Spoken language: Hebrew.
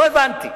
לא הבנתי.